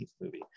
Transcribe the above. movie